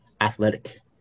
athletic